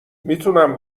میتونم